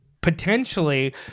potentially